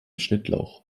schnittlauch